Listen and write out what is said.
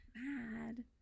mad